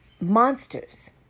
monsters